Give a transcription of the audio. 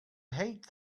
hate